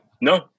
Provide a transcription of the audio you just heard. No